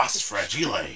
Fragile